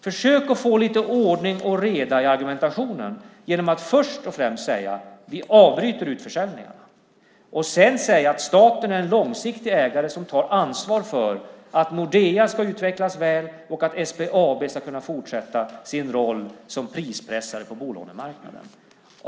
Försök att få lite ordning och reda i argumentationen genom att först och främst säga att man avbryter utförsäljningarna och sedan säga att staten är en långsiktig ägare som tar ansvar för att Nordea ska utvecklas väl och att SBAB ska kunna fortsätta att spela sin roll som prispressare på bolånemarknaden.